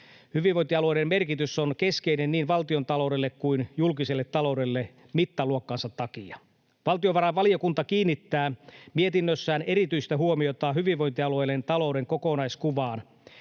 hyvinvointialueiden merkitys on keskeinen niin valtiontaloudelle kuin julkiselle taloudelle mittaluokkaansa takia. Valtiovarainvaliokunta kiinnittää mietinnössään erityistä huomiota hyvinvointialueiden talouden kokonaiskuvaan.